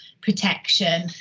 protection